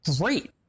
great